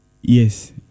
yes